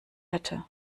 hätte